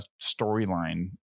storyline